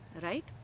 right